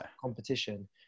competition